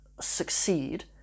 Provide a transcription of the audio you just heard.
succeed